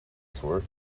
sort